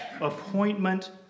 appointment